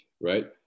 right